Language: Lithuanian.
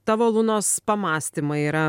tavo lunos pamąstymai yra